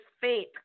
faith